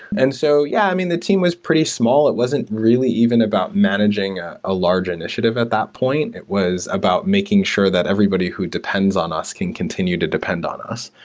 and so, yeah, i mean, the team was pretty small. it wasn't really even about managing a large initiative at that point. it was about making sure that everybody who depends on us can continue to depend on us.